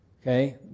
Okay